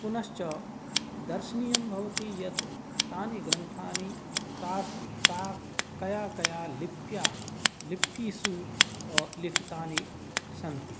पुनश्च दर्शनीयं भवति यत् तानि ग्रन्थानि कया कया लिप्या लिपिषु लिखितानि सन्ति